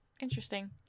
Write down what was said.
Interesting